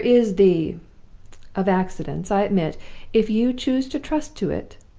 there is the of accidents, i admit if you choose to trust to it.